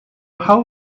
how